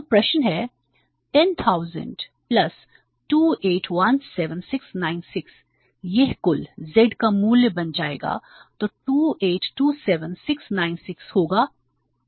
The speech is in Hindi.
तो प्रशन है 10000 2817696 यह कुल z का मूल्य बन जाएगा जो 2827696 होगा यह z का मूल्य है